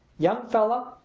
young fellow,